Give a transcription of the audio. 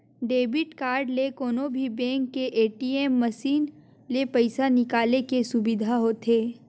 debit card ले कोनो भी बेंक के ए.टी.एम मसीन ले पइसा निकाले के सुबिधा होथे